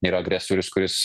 yra agresorius kuris